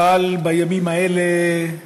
חל בימים האלה?